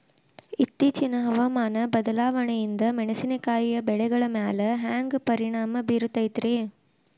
ಇತ್ತೇಚಿನ ಹವಾಮಾನ ಬದಲಾವಣೆಯಿಂದ ಮೆಣಸಿನಕಾಯಿಯ ಬೆಳೆಗಳ ಮ್ಯಾಲೆ ಹ್ಯಾಂಗ ಪರಿಣಾಮ ಬೇರುತ್ತೈತರೇ?